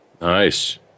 Nice